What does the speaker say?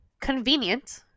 convenient